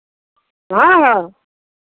हँ हँ